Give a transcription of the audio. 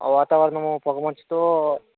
వాతావరణం పొగమంచుతో